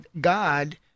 God